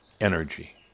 energy